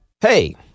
Hey